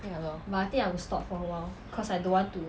ya lor